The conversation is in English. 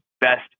best